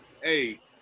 hey